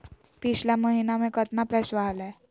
पिछला महीना मे कतना पैसवा हलय?